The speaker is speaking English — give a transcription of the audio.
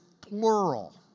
plural